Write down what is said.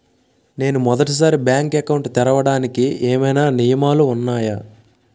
నేను మొదటి సారి బ్యాంక్ అకౌంట్ తెరవడానికి ఏమైనా నియమాలు వున్నాయా?